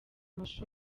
amashusho